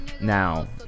now